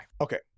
Okay